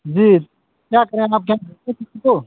जी क्या करें आपके यहाँ भेजें किसी को